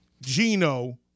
Gino